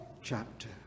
chapter